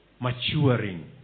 maturing